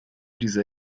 dieser